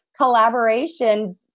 collaboration